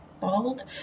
bald